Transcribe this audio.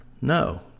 No